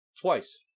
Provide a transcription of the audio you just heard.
Twice